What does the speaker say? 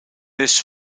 this